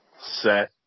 set